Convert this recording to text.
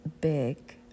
big